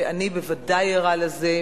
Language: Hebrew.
ואני ודאי ערה לזה,